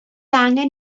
angen